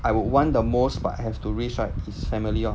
I would want the most but have to risk right is family lor